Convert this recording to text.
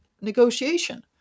negotiation